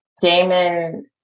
Damon